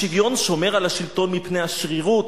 השוויון שומר על השלטון מפני השרירות.